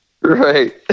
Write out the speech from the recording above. Right